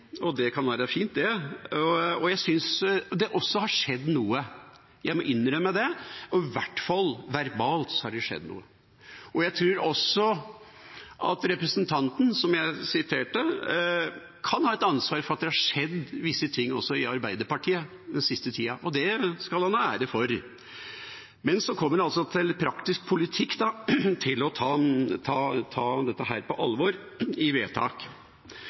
og det kan være fint. Jeg synes også det har skjedd noe – jeg må innrømme det. I hvert fall verbalt har det skjedd noe. Jeg tror også at representanten som jeg viste til, kan ha et ansvar for at det har skjedd visse ting også i Arbeiderpartiet den siste tida, og det skal han ha ære for. Men så kommer det til praktisk politikk, til å ta dette på alvor i vedtak.